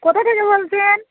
কোথা থেকে বলছেন